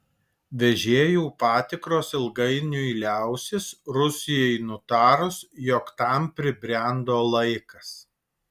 vežėjų patikros ilgainiui liausis rusijai nutarus jog tam pribrendo laikas